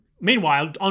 Meanwhile